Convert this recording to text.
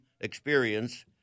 experience